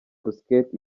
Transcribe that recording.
busquets